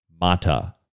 Mata